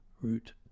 Root